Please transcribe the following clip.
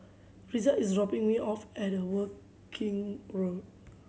Risa is dropping me off at Woking Road